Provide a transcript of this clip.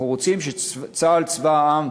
אנחנו רוצים שצה"ל, צבא העם,